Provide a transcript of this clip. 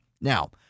Now